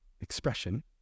expression